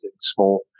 small